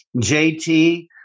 JT